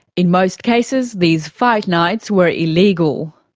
in most cases these fight nights were illegal.